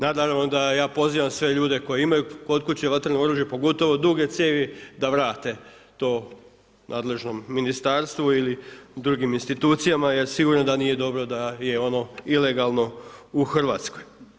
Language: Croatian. Naravno da ja pozivam sve ljude koji imaju kod kuće vatreno oružje, pogotovo duge cijevi da vrate to nadležnom ministarstvu ili drugim institucijama jer sigurno da nije dobro da je ono ilegalno u Hrvatskoj.